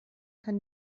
kann